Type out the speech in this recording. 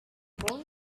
boy